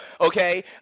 Okay